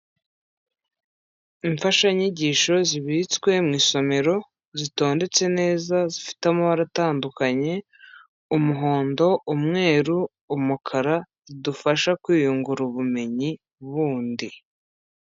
Imfashanyigisho zibitswe mu isomero, zitondetse neza, zifite amabara atandukanye, umuhondo, umweru, umukara, bidufasha kwiyungura ubumenyi bundi.